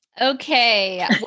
Okay